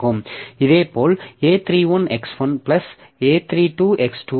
இதேபோல் a31x1 a32x2 a33x3 b3